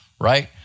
Right